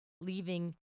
leaving